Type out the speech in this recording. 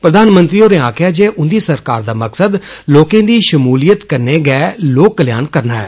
प्रधानमंत्री होरें आक्खेआ जे उंदी सरकार दा मकसद लोकें दी षमूलियत कन्नै गै लोक कल्याण करना ऐ